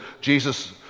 Jesus